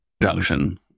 production